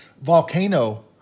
volcano